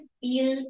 feel